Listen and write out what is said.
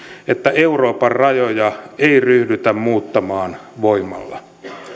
että euroopan rajoja ei ryhdytä muuttamaan voimalla